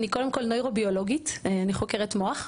אני נוירו-ביולוגית, אני חוקרת מוח.